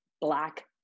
Black